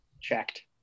checked